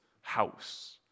house